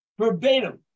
verbatim